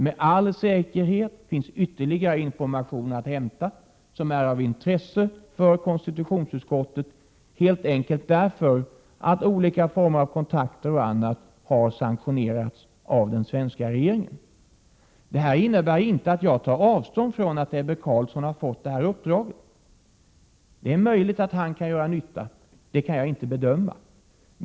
Med all säkerhet finns ytterligare information att hämta som är av intresse för konstitutionsutskottet, helt enkelt därför att olika former av kontakter och annat har sanktionerats av den svenska regeringen. Vad jag nu sagt innebär inte att jag utan vidare tar avstånd från att Ebbe Carlsson har fått det här uppdraget. Det är möjligt att han kan göra nytta, det kan jag inte bedöma.